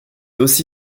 aussi